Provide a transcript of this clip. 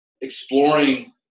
exploring